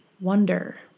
wonder